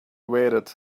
waited